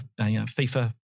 FIFA